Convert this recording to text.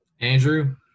Andrew